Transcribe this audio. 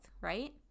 right